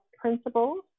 principles